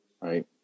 Right